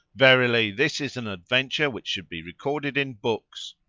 verily this is an adventure which should be recorded in books!